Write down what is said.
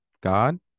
God